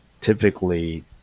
typically